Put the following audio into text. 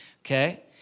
Okay